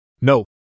No